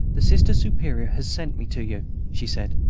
the sister superior has sent me to you, she said,